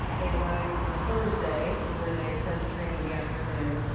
they arrive on a thursday, where they start the training in the afternoon,